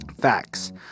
Facts